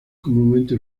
comúnmente